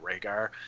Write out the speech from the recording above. Rhaegar